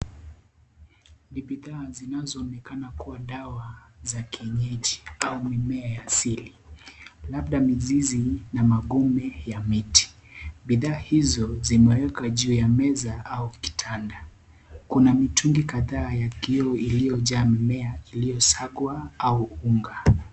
Ni bidhaa zinazoonekana kuwa dawa za kienyeji au mimea ya asili labda mizizi na magome ya miti. Bidhaa hizo zimewekwa juu ya meza au kitanda. Kuna mitungi kadhaa ya kioo iliyojaa mimea iliyosagwa au unga.